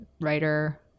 writer